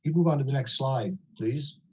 move on to the next slide, please.